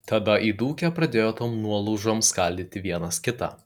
tada įdūkę pradėjo tom nuolaužom skaldyti vienas kitą